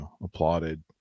applauded